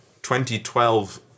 2012